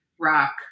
rock